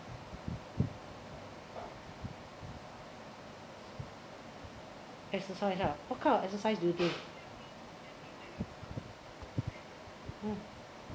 exercise ah what kind of exercise do you do hmm